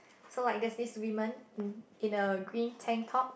so like there's this women in in a green tank top